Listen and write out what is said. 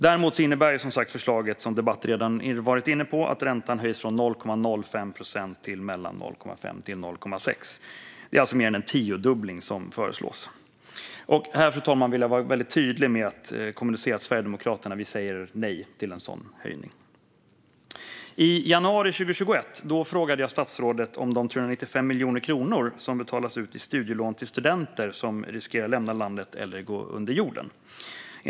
Däremot innebär förslaget, som debatten redan varit inne på, att räntan höjs från 0,05 procent till mellan 0,5 och 0,6 procent. Det är alltså mer än en tiodubbling som föreslås. Här, fru talman, vill jag vara väldigt tydlig med att kommunicera att Sverigedemokraterna säger nej till en sådan höjning. I januari 2021 frågade jag statsrådet om de 395 miljoner kronor som betalats ut i studielån till studenter som riskerar att lämna landet eller gå under jorden.